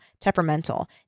temperamental